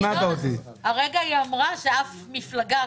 הרגע היא אמרה שאף מפלגה,